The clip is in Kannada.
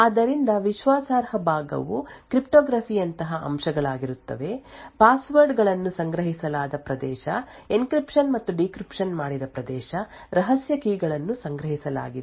ಆದ್ದರಿಂದ ವಿಶ್ವಾಸಾರ್ಹ ಭಾಗವು ಕ್ರಿಪ್ಟೋಗ್ರಫಿ ಯಂತಹ ಅಂಶಗಳಾಗಿರುತ್ತದೆ ಪಾಸ್ವರ್ಡ್ ಗಳನ್ನು ಸಂಗ್ರಹಿಸಲಾದ ಪ್ರದೇಶ ಎನ್ಕ್ರಿಪ್ಶನ್ ಮತ್ತು ಡೀಕ್ರಿಪ್ಶನ್ ಮಾಡಿದ ಪ್ರದೇಶ ರಹಸ್ಯ ಕೀ ಗಳನ್ನು ಸಂಗ್ರಹಿಸಲಾಗಿದೆ ಮತ್ತು ಇತ್ಯಾದಿ